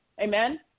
Amen